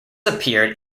appeared